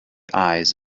eyes